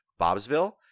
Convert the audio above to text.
Bobsville